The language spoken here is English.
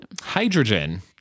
Hydrogen